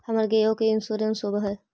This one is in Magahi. हमर गेयो के इंश्योरेंस होव है?